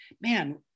man